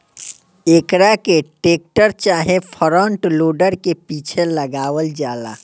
एकरा के टेक्टर चाहे फ्रंट लोडर के पीछे लगावल जाला